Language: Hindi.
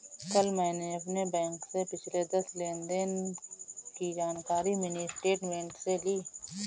कल मैंने अपने बैंक से पिछले दस लेनदेन की जानकारी मिनी स्टेटमेंट से ली